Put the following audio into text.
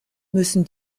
müssen